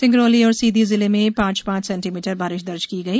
सिंगरौली और सीधी जिले में पांच पांच सेण्टीमीटर बारिश दर्ज की गई